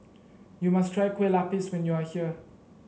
you must try Kue Lupis when you are here